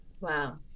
Wow